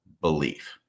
belief